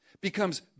becomes